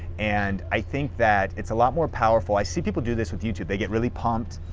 and i think that it's a lot more powerful, i see people do this with youtube, they get really pumped,